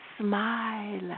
Smile